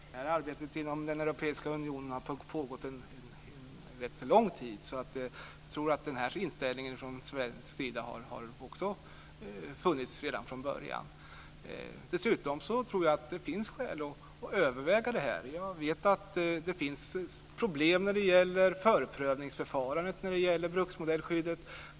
Herr talman! Arbetet inom den europeiska unionen har pågått under rätt så lång tid, och jag tror att den här inställningen från svenska sida har funnits redan från början. Dessutom tror jag att det finns skäl att överväga frågan. Jag vet att det finns problem med förprövningsförfarandet när det gäller bruksmodellskyddet.